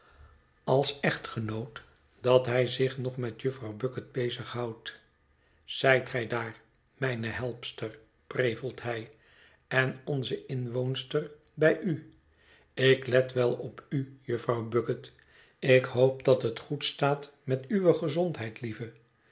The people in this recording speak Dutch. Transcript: als echtgenoot dat hij zich nog met jufvrouw bucket bezig houdt zijt gij daar mijne helpster prevelt hij en onze inwoonster bij u ik let wel op u jufvrouw bucket ik hoop dat het goed staat met uwe gezondheid lieve